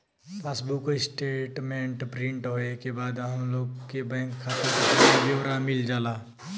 passbook statement print होये के बाद हम लोग के बैंक खाता क पूरा ब्यौरा मिल जाला